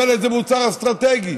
המלט זה מוצר אסטרטגי.